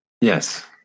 Yes